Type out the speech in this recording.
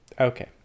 okay